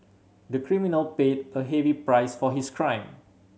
the criminal paid a heavy price for his crime